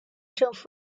政府